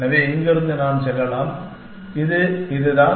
எனவே இங்கிருந்து நான் செல்லலாம் இது இதுதான்